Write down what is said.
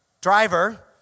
driver